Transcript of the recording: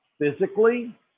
physically